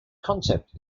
concept